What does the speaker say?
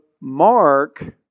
Mark